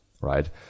right